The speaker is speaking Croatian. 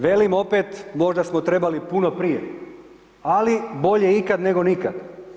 Velim opet, možda smo trebali puno prije, ali bolje ikad, nego nikad.